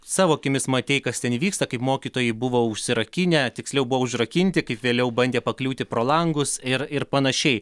savo akimis matei kas ten vyksta kaip mokytojai buvo užsirakinę tiksliau buvo užrakinti kaip vėliau bandė pakliūti pro langus ir ir panašiai